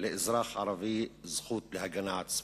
לאזרח ערבי, זכות להגנה עצמית.